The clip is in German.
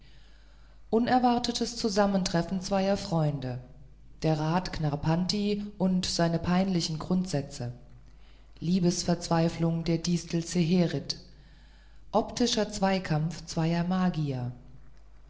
unerwartetes zusammentreffen zweier freunde der rat knarrpanti und seine peinlichen grundsätze liebesverzweiflung der distel zeherit optischer zweikampf zweier magier